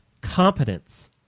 competence